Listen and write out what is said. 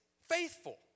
faithful